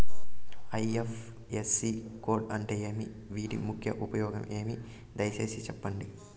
IFSC code అంటే ఏమి? వీటి ముఖ్య ఉపయోగం ఏమి? దయసేసి సెప్పండి?